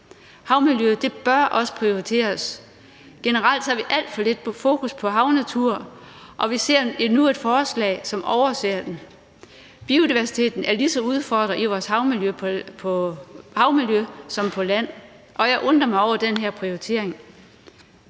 Havmiljøet bør også prioriteres. Generelt har vi alt for lidt fokus på havnaturen, og vi ser endnu et forslag, som overser den. Biodiversiteten er lige så udfordret i vores havmiljø som på land, og jeg undrer mig over den her prioritering.